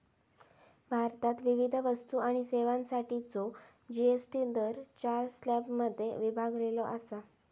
भारतात विविध वस्तू आणि सेवांसाठीचो जी.एस.टी दर चार स्लॅबमध्ये विभागलेलो असा